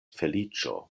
feliĉo